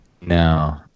No